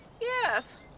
Yes